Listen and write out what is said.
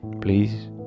Please